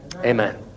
amen